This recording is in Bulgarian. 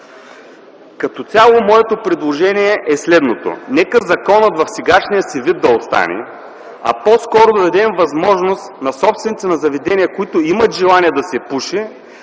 или не? Моето предложение е следното: нека законът в сегашния си вид да остане, а по-скоро да дадем възможност на собствениците на заведения, които имат желание да се пуши,